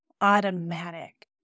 automatic